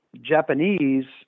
Japanese